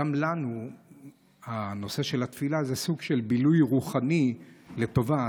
גם לנו נושא התפילה זה סוג של בילוי רוחני לטובה,